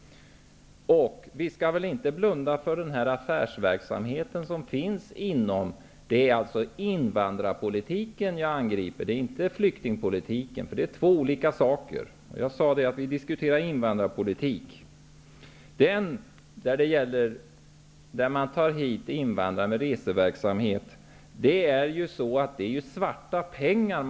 Vi skall väl inte blunda för affärsverksamheten? Det är alltså invandrarpolitiken jag angriper, inte flyktingpolitiken. Det är två olika saker. När man tar hit invandrare med hjälp av reseverksamhet, handlar det ju om svarta pengar.